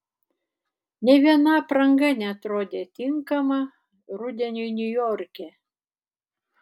nė vieno apranga neatrodė tinkama rudeniui niujorke